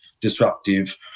disruptive